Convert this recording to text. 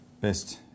best